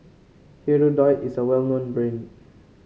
Hirudoid is a well known